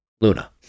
Luna